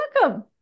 welcome